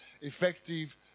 effective